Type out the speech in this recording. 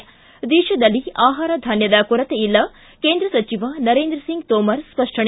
ಿ ದೇಶದಲ್ಲಿ ಆಹಾರ ಧಾನ್ಯದ ಕೊರತೆ ಇಲ್ಲ ಕೇಂದ್ರ ಸಚಿವ ನರೇಂದ್ರ ಸಿಂಗ್ ತೋಮರ್ ಸ್ಪಷ್ಟನೆ